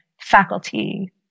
faculty